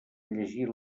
llegir